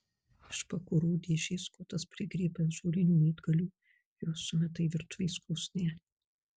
iš pakurų dėžės skotas prigriebia ąžuolinių medgalių ir juos sumeta į virtuvės krosnelę